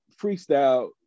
freestyle